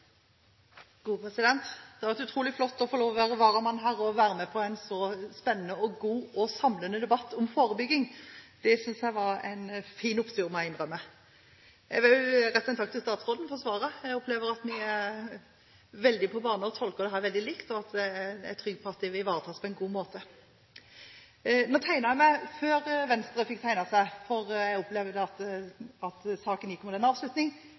Det har vært utrolig flott å få lov til å være varamann her og være med på en så spennende, god og samlende debatt om forebygging. Det synes jeg har vært en fin opptur, må jeg innrømme. Jeg vil også rette en takk til statsråden for svarene. Jeg opplever at vi er på banen og tolker dette veldig likt, og jeg er trygg på at dette vil ivaretas på en god måte. Nå tegnet jeg meg før Venstre fikk tegnet seg – jeg opplevde at saken gikk mot en avslutning